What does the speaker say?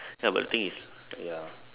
ya but the thing is ya